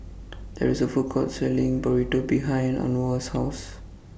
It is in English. There IS A Food Court Selling Burrito behind Anwar's House